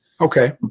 okay